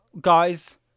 guys